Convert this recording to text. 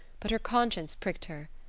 but her conscience pricked her.